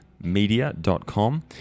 media.com